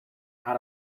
out